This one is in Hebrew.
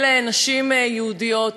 של נשים יהודיות.